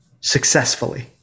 successfully